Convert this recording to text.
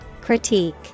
Critique